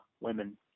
women